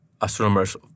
astronomers